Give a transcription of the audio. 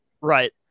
Right